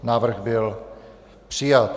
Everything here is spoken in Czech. Návrh byl přijat.